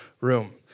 room